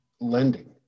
lending